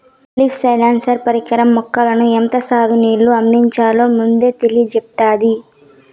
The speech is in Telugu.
లీఫ్ సెన్సార్ పరికరం మొక్కలకు ఎంత సాగు నీళ్ళు అందించాలో ముందే తెలియచేత్తాది